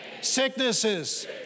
sicknesses